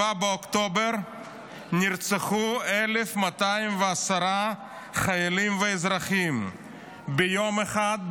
באוקטובר נרצחו 1,210 חיילים ואזרחים ביום אחד,